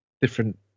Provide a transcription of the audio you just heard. different